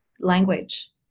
language